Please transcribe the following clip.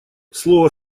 слово